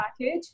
package